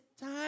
time